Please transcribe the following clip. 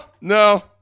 no